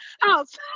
house